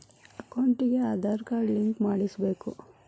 ಅಕೌಂಟಿಗೆ Aadhaar card link ಮಾಡಿಸಬೇಕು?